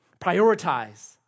Prioritize